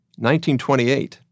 1928